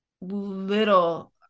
little